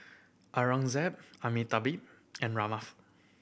Aurangzeb Amitabh and Ramnath